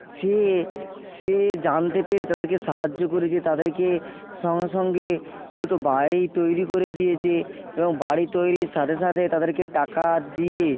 সে সে জানতে পেরে তাদেরকে সাহায্য করেছে তাদেরকে সঙ্গে সঙ্গে দুটো বাড়ি তৈরি করে দিয়েছে এবং বাড়ি তৈরির সাথে সাথে তাদেরকে টাকা দিয়ে